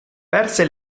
perse